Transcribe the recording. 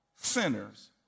sinners